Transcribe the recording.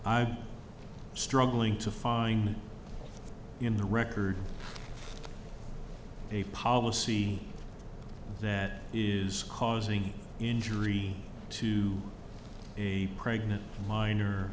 i'm struggling to find in the record a policy that is causing injury to a pregnant minor